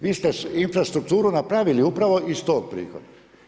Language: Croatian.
Vi ste infrastrukturu napravili, upravo iz tog prihoda.